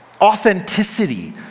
Authenticity